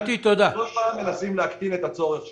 כל פעם מנסים להקטין את הצורך שלהם.